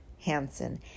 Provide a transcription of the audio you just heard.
Hansen